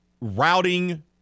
Routing